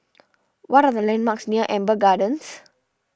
what are the landmarks near Amber Gardens